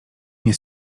nie